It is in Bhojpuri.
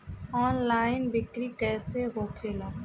ऑनलाइन बिक्री कैसे होखेला?